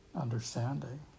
understanding